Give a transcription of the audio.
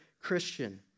Christian